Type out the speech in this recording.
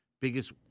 biggest